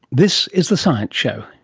this is the science show,